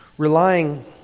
Relying